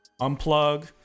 Unplug